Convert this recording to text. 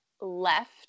left